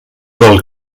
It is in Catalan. del